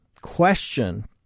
question